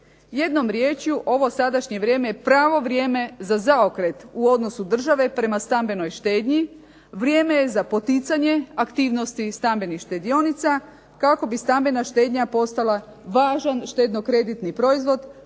Jednom riječju ovo sadašnje vrijeme je pravo vrijeme za zaokret u odnosu države prema stambenoj štednji. Vrijeme je za poticanje aktivnosti stambenih štedionica kako bi stambena štednja postala važan štedno-kreditni proizvod